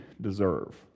deserve